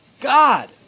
God